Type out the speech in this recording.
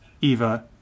Eva